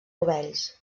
rovells